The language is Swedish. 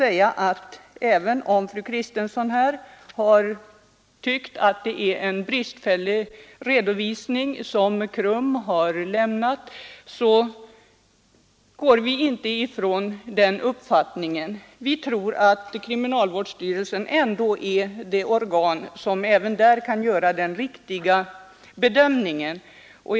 Även om fru Kristensson tycker att KRUM har lämnat en bristfällig redovisning, går vi inte ifrån vår uppfattning — vi tror att kriminalvårdsstyrelsen är det organ som kan göra en riktig bedömning även där.